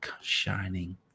shining